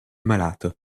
malato